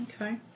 Okay